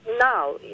now